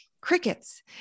crickets